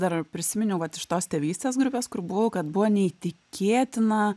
dar prisiminiau vat iš tos tėvystės grupės kur buvau kad buvo neįtikėtina